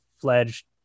fledged